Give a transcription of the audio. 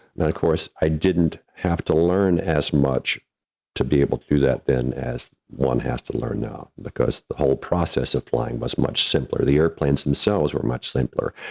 of course, i didn't have to learn as much to be able to do that then as one has to learn now, because the whole process of flying was much simpler. the airplanes themselves were much simpler.